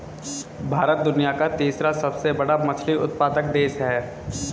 भारत दुनिया का तीसरा सबसे बड़ा मछली उत्पादक देश है